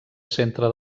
centre